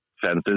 fences